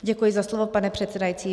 Děkuji za slovo, pane předsedající.